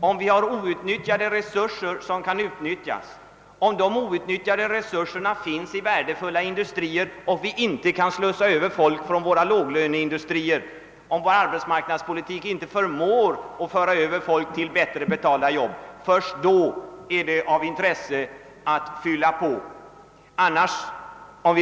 om vi har outnyttjade resurser som kan utnyttjas, om de outnyttjade resurserna finns i värdefulla industrier och vi inte kan slussa över folk från våra låglöneindustrier, om vår arbetsmarknadspolitik inte duger till att föra över folk till bättre betalda jobb. Först då kan det finnas intresse för en import.